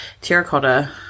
terracotta